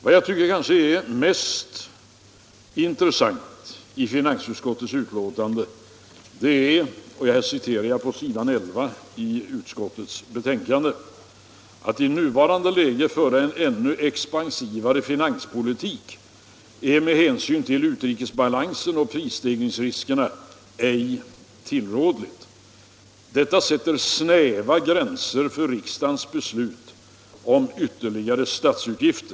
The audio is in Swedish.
Vad jag finner mest intressant i finansutskottets betänkande är följande, som jag citerar från s. 15 i betänkandet nr 16: ”Att i nuvarande läge föra en ännu expansivare finanspolitik är med hänsyn till utrikesbalansen och prisstegringsriskerna ej tillrådligt. Detta sätter snäva gränser för riksdagens beslut om ytterligare statsutgifter.